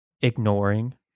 ignoring